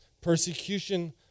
persecution